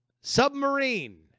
Submarine